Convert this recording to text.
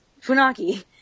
Funaki